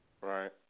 Right